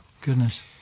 Goodness